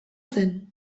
zen